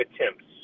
attempts